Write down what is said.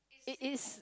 it is